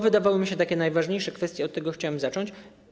Wydawało mi się, że to najważniejsze kwestie i od tego chciałem zacząć.